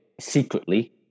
secretly